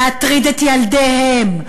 להטריד את ילדיהם,